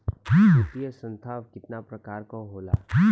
वित्तीय संस्था कितना प्रकार क होला?